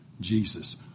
Jesus